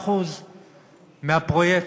25% מהפרויקט.